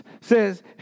says